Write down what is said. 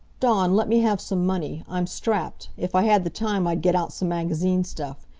dawn, let me have some money. i'm strapped. if i had the time i'd get out some magazine stuff.